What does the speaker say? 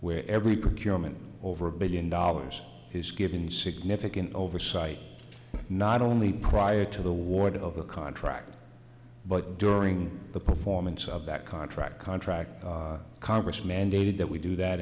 procurement over a billion dollars has given significant oversight not only prior to the ward of a contract but during the performance of that contract contract congress mandated that we do that